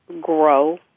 grow